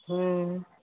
हूँ